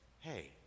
hey